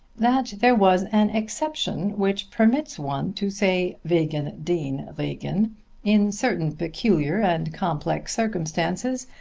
that there was an exception which permits one to say wegen den regen in certain peculiar and complex circumstances,